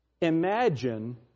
Imagine